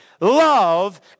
love